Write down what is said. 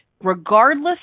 regardless